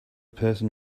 person